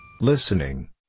Listening